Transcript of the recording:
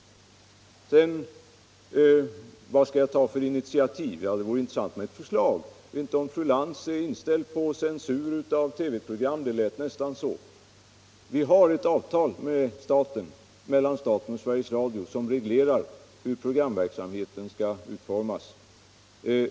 På frågan om vad jag skall ta för initiativ vill jag svara att det vore intressant att få höra något förslag. Jag vet inte om fru Lantz är inställd på censur av TV-program — det lät nästan så i hennes anförande. Det finns ett avtal mellan staten och Sveriges Radio vilket reglerar hur programverksamheten skall utformas.